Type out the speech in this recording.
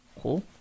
Cool